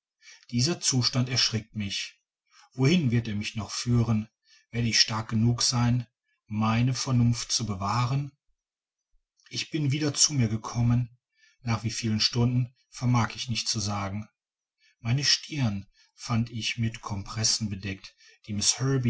dieser zustand erschreckt mich wohin wird er mich noch führen werde ich stark genug sein meine vernunft zu bewahren ich bin wieder zu mir gekommen nach wie viel stunden vermag ich nicht zu sagen meine stirn fand ich mit compressen bedeckt die miß